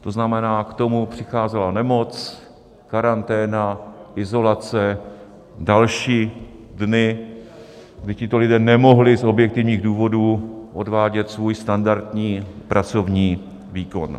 To znamená, k tomu přicházela nemoc, karanténa, izolace, další dny, kdy tito lidé nemohli z objektivních důvodů odvádět svůj standardní pracovní výkon.